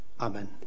Amen